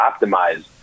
optimized